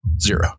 Zero